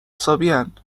حسابین